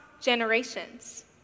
generations